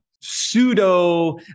pseudo